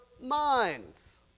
minds